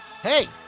hey